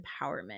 Empowerment